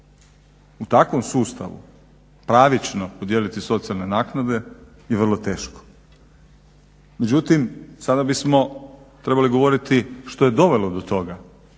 U takvom sustavu pravično podijeliti socijalne naknade je vrlo teško. Međutim, sada bismo trebali govoriti što je dovelo do toga